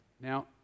Now